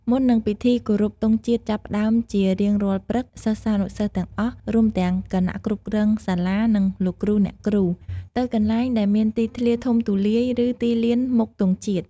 មុននឹងពិធីគោរពទង់ជាតិចាប់ផ្ដើមជារៀងរាល់ព្រឹក សិស្សានុសិស្សទាំងអស់ រួមទាំងគណៈគ្រប់គ្រងសាលា និងលោកគ្រូអ្នកគ្រូ ទៅកន្លែងដែលមានទីធ្លាធំទូលាយ ឬទីលានមុខទង់ជាតិ។